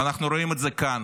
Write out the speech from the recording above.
ואנחנו רואים את זה כאן,